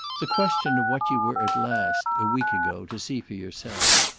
the question of what you were at last a week ago to see for yourself.